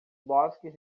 bosques